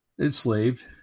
enslaved